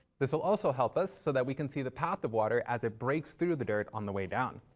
this will also help us so that we can see the path of water as it breaks through the dirt on the way down.